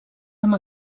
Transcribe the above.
amb